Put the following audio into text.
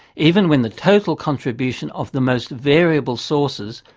even when the total contribution of the most variable sources,